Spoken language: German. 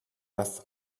das